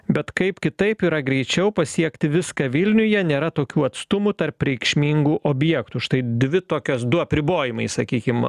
bet kaip kitaip yra greičiau pasiekti viską vilniuje nėra tokių atstumų tarp reikšmingų objektų štai dvi tokios du apribojimai sakykim